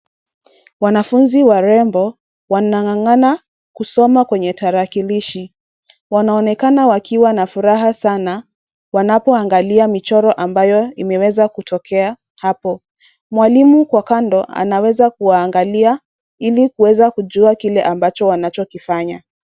Wanafuzi warembo wanangangana kusoma kwenye tarakilishi, wanaonekana wakiwa na furaha sana wanapo angalia michoro ambayo imeweza kutokea hapo. Mwalimu kwa kando anaweza kuwaangalia ili kuweza kujua kile ambacho anachokifanya.